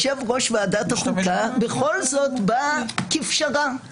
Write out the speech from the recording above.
הדבר הזה קיים ואני יכול להגיד לך שבכל ראיון שאני מתראיין,